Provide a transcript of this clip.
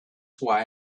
why